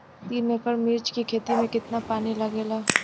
तीन एकड़ मिर्च की खेती में कितना पानी लागेला?